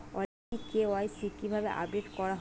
অনলাইনে কে.ওয়াই.সি কিভাবে আপডেট করা হয়?